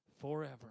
Forever